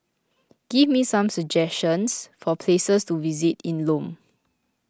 give me some suggestions for places to visit in Lome